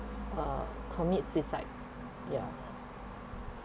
uh commit suicide ya